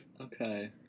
Okay